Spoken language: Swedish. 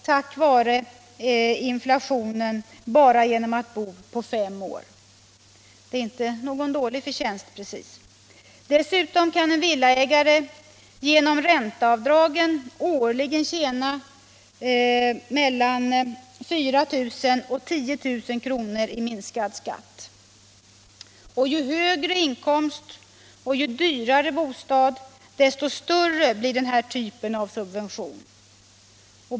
tack vare inflationen bara genom att bo. Det är inte precis någon dålig förtjänst. Dessutom kan en villaägare genom ränteavdragen årligen tjäna mellan 4000 och 10000 kr. i minskad skatt. Ju högre inkomst och ju dyrare bostad man har, desto större blir denna typ av subvention.